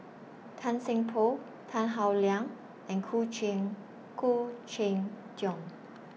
Tan Seng Poh Tan Howe Liang and Khoo Cheng Khoo Cheng Tiong